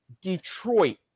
Detroit